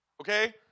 okay